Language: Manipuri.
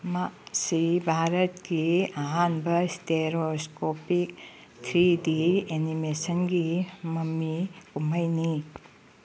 ꯃꯁꯤ ꯚꯥꯔꯠꯀꯤ ꯑꯍꯥꯟꯕ ꯁ꯭ꯇꯦꯔꯣꯁꯀꯣꯄꯤ ꯊ꯭ꯔꯤ ꯗꯤ ꯑꯦꯅꯤꯃꯦꯁꯟꯒꯤ ꯃꯃꯤ ꯀꯨꯝꯍꯩꯅꯤ